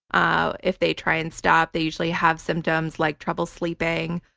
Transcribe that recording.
ah if they try and stop, they usually have symptoms like trouble sleeping,